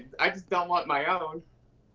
i just don't want my own.